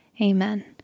Amen